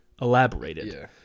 elaborated